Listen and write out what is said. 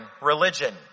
religion